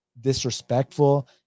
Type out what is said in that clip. disrespectful